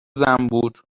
زنبور